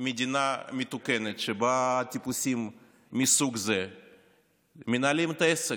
מדינה מתוקנת שבה טיפוסים מסוג זה מנהלים את העסק.